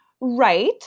Right